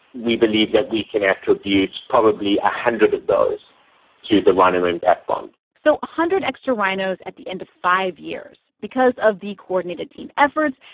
we believe that we can attribute probably a hundred of those to the rhino impact fund so a hundred extra rhinos at the end of five years because of the coordinated team efforts,